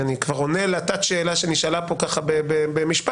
אני כבר עונה לתת שאלה שנשאלה כאן במשפט.